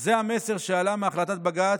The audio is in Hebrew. זה המסר שעלה מהחלטת בג"ץ,